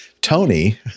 Tony